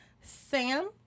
Sam